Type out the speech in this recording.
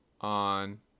On